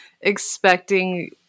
expecting